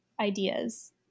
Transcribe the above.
ideas